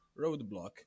roadblock